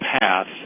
path